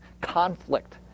conflict